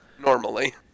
Normally